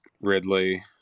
Ridley